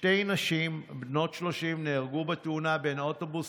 שתי נשים בנות 30 נהרגו בתאונה בין אוטובוס